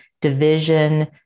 division